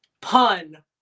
Pun